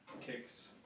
kicks